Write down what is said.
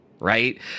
right